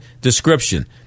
description